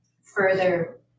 further